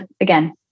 again